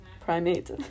primate